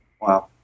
Wow